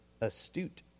astute